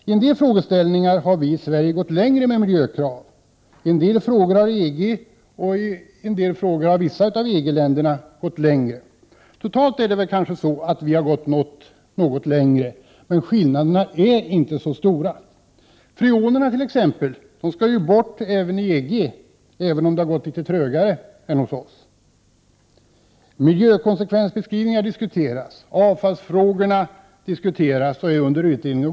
I en del frågor har vi i Sverige gått längre beträffande miljökraven. I andra frågor har EG gått längre. Dessutom finns det frågor där vissa EG-länder har gått längre. Men totalt sett har vi kanske gått något längre än andra. Skillnaderna är dock inte särskilt stora. Freonerna t.ex. skall ju bort också i EG, även om det arbetet har gått litet trögare där än det har gjort hos oss. Miljökonsekvensbeskrivningar diskuteras, och avfallsfrågorna är föremål för utredning.